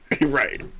right